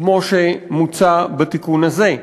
כמו שמוצע בתיקון הזה.